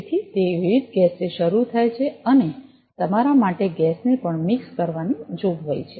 તેથી તે વિવિધ ગેસથી શરૂ થાય છે અને તમારા માટે ગેસને પણ મિક્સ કરવાની જોગવાઈ છે